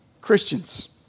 Christians